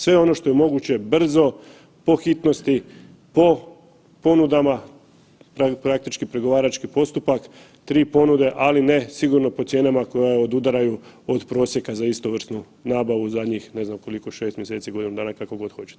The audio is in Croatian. Sve ono što je moguće brzo, po hitnosti, po ponudama, praktički pregovarački postupak 3 ponude, ali ne sigurno po cijenama koje odudaraju od prosjeka za istovrsnu nabavu zadnjim ne znam koliko 6 mjeseci, godinu dana, kako god hoćete.